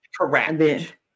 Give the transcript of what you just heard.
correct